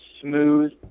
smooth